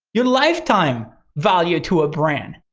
your lifetime value to a brand.